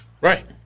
Right